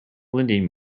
lending